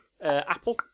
Apple